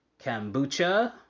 kombucha